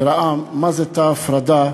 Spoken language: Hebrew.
וראה מה זה תא הפרדה,